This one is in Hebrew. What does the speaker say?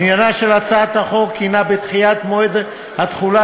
עניינה של הצעת החוק הוא בדחיית מועד התחולה